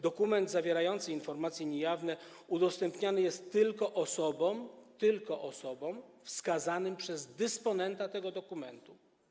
Dokument zawierający informacje niejawne udostępniany jest tylko osobom wskazanym przez dysponenta tego dokumentu.